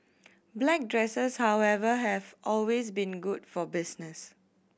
black dresses however have always been good for business